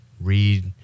Read